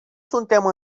suntem